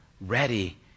ready